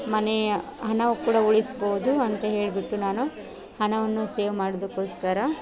ಮನೆಯ ಹಣವು ಕೂಡ ಉಳಿಸ್ಬೋದು ಅಂತ ಹೇಳಿಬಿಟ್ಟು ನಾನು ಹಣವನ್ನು ಸೇವ್ ಮಾಡುವುದಕ್ಕೋಸ್ಕರ